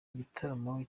igitaramo